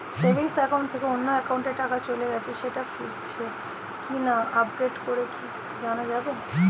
Savings account থেকে অন্য একাউন্টে টাকা চলে গেছে সেটা ফিরেছে কিনা আপডেট করে কি জানা যাবে?